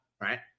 right